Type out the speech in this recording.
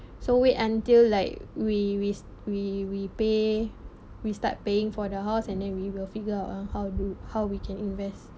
so wait until like we we s~ we we pay we start paying for the house and then we will figure out uh how do how we can invest